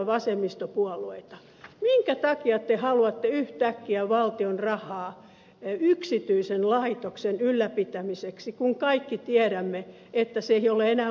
minkä takia te haluatte yhtäkkiä valtion rahaa yksityisen laitoksen ylläpitämiseksi kun kaikki tiedämme että se ei ole enää mahdollista